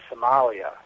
Somalia